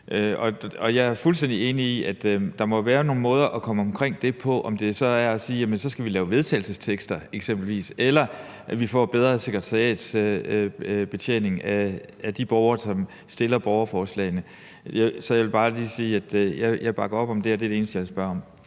Jeg er fuldstændig enig i, at der må være nogle måder at komme omkring det på, om det så er at sige, at vi f.eks. skal lave vedtagelsestekster, eller at vi får bedre sekretariatsbetjening af de borgere, som stiller borgerforslagene. Så jeg vil bare lige sige, at jeg bakker op om det. Det er det eneste, jeg vil kommentere.